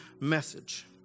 message